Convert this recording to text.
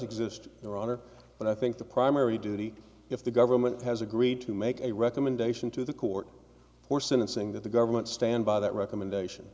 exist roger but i think the primary duty if the government has agreed to make a recommendation to the court for sentencing that the government stand by that recommendation